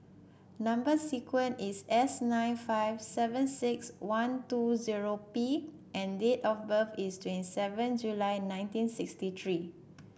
number sequence is S nine five seven six one two zero P and date of birth is twenty seven July nineteen sixty three